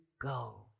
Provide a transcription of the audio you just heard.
go